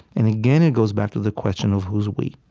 and again it goes back to the question of who is we,